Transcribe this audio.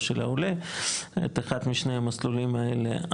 של העולה את אחד משני המסלולים האלה,